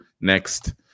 next